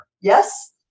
Yes